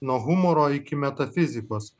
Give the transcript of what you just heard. nuo humoro iki metafizikos